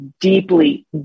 deeply